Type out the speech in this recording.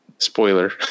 Spoiler